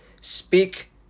speak